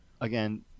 again